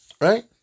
Right